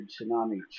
Tsunami